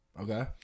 Okay